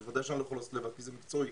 בוודאי שאנחנו לא עושים לבד כי זה מקצועי